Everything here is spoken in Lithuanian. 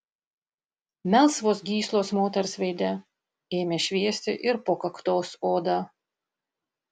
melsvos gyslos moters veide ėmė šviesti ir po kaktos oda